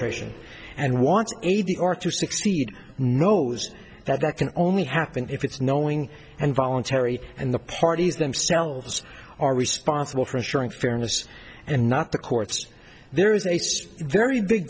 n and wants a d r to succeed knows that that can only happen if it's knowing and voluntary and the parties themselves are responsible for ensuring fairness and not the courts there is a very big